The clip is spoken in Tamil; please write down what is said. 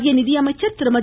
மத்திய நிதியமைச்சர் திருமதி